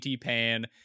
pan